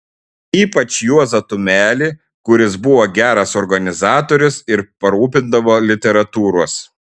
ypač juozą tumelį kuris buvo geras organizatorius ir parūpindavo literatūros